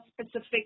specific